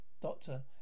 Doctor